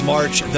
March